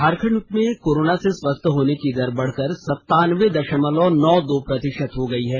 झारखंड में कोरोना से स्वस्थ होने की दर बढ़कर संतानबे दशमलव नौ दो प्रतिशत पहुंच गई है